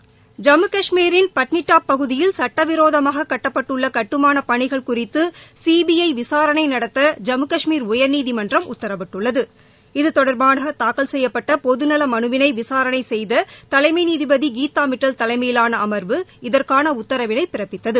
ஐம்மு கஷ்மீரின் பட்னிட்டாப் பகுதியில் சுட்டவிரோதமாக கட்டப்பட்டுள்ள கட்டுமானப் பணிகள் குறித்து சிபிஐ விசாரணை நடத்தி ஜம்மு கஷ்மீர் உயர்நீதிமன்றம் உத்தரவிட்டுள்ளது இது தொடர்பான தாக்கல் செய்யப்பட்ட பொதுநல மனுவினை விசாரணை செய்த தலைமை நீதிபதி கீதாமிட்டல் தலைமையிலான அமர்வு இதற்கான உத்தரவினை பிறப்பித்தது